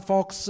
Fox